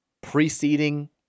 preceding